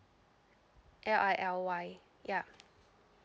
L I L Y ya